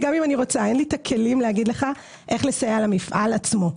גם אם אני רוצה אין לי הכלים להגיד לך איך לעזור למפעל עצמו.